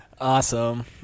Awesome